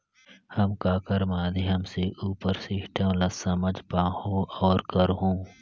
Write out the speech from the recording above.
हम ककर माध्यम से उपर सिस्टम ला समझ पाहुं और करहूं?